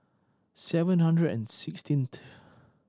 seven hundred and sixteenth